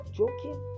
joking